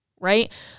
right